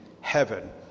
heaven